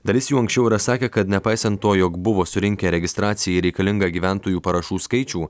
dalis jų anksčiau yra sakę kad nepaisant to jog buvo surinkę registracijai reikalingą gyventojų parašų skaičių